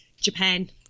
Japan